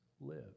live